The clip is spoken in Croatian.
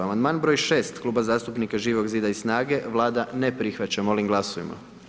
Amandman br. 6. Kluba zastupnika Živog Zida i SNAGA-e Vlada ne prihvaća, molim glasujmo.